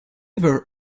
ever